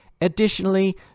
Additionally